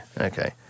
okay